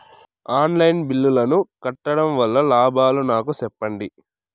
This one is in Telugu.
ఆన్ లైను బిల్లుల ను కట్టడం వల్ల లాభాలు నాకు సెప్పండి?